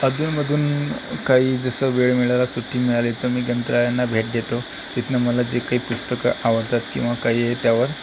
अधूनमधून काही जसं वेळ मिळाला सुट्टी मिळाली तर मी ग्रंथालयांना भेट देतो तिथनं मला जे काही पुस्तकं आवडतात किंवा काही त्यावर